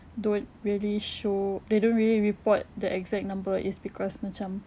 don't really show they don't really report the exact number is because macam